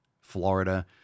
Florida